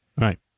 Right